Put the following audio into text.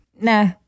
Nah